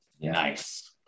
nice